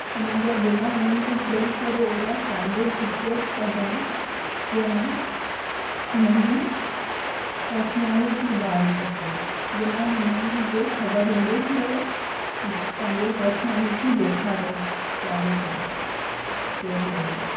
हुननि जा बिना हुननि खे चई करे अहिड़ा कैंडिड पिचर्स कढणू जंहिंमें हुननि जी पर्सनैलिटी बहार अचे बिन हुननि जे ख़बर हूंदे की उहे पंहिंजो पर्सनैलिटी ॾेखारणु चाहियण था जय झूलेलाल